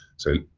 so,